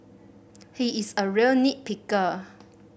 he is a real nit picker